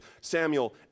Samuel